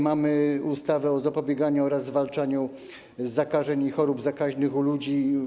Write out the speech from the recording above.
Mamy ustawę o zapobieganiu oraz zwalczaniu zakażeń i chorób zakaźnych u ludzi.